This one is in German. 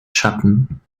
schatten